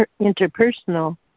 interpersonal